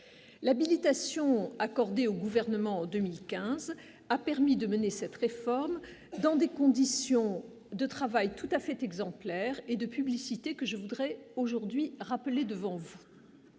l'habilitation accordé au gouvernement en 2015, a permis de mener cette réforme, dans des conditions de travail tout à fait exemplaire et de publicité que je voudrais aujourd'hui rappeler devant vous,